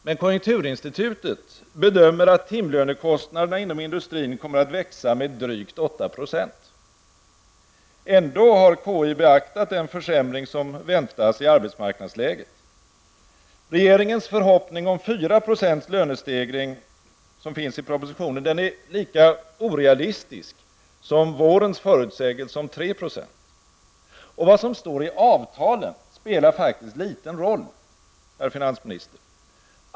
Men konjunkturinstitutet bedömer att timlönekostnaderna inom industrin kommer att växa med drygt 8 %. Ändå har KI beaktat den försämring som väntas i arbetsmarknadsläget. Regeringens förhoppning i propositionen om 4 % i lönestegring är lika orealistisk som vårens förutsägelse om 3 %. Vad som står i avtalen spelar liten roll, herr finansminister.